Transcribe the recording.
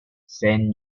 saint